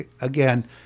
again